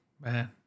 man